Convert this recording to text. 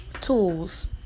tools